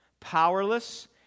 Powerless